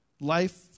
life